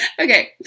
Okay